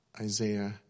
Isaiah